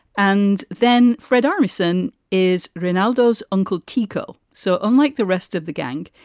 and then fred armisen is renaldo's uncle teco. so unlike the rest of the gang,